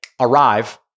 arrive